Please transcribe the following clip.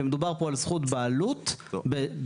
שמדובר פה על זכות בעלות בדירה,